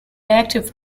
active